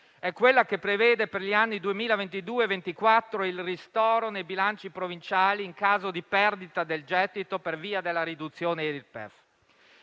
è quella che prevede, per gli anni 2022-2024 il ristoro nei bilanci provinciali in caso di perdita del gettito, per via della riduzione Irpef.